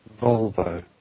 Volvo